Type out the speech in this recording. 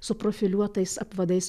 su profiliuotais apvadais